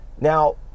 Now